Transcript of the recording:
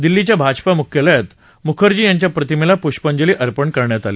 दिल्लीच्या भाजपा मुख्यालयात मुखर्जी यांच्या प्रतिमेला पुष्पांजली अर्पण करण्यात आली